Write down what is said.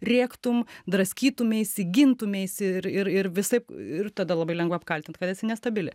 rėktum draskytumeisi gintumeisi ir ir ir visaip ir tada labai lengva apkaltint kad esi nestabili